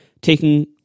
taking